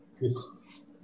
Yes